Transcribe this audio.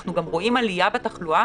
אנחנו גם רואים עליה בתחלואה